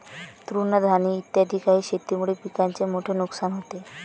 तृणधानी इत्यादी काही शेतीमुळे पिकाचे मोठे नुकसान होते